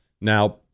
Now